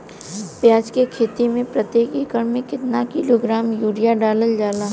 प्याज के खेती में प्रतेक एकड़ में केतना किलोग्राम यूरिया डालल जाला?